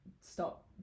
Stop